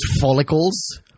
Follicles